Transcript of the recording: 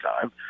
time